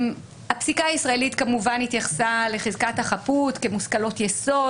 הפסיקה הישראלית כמובן התייחסה לחזקת החפות כמושכלות יסוד,